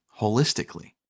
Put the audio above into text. holistically